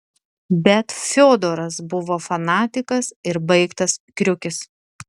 bet fiodoras buvo fanatikas ir baigtas kriukis